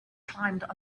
climbed